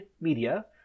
media